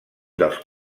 dels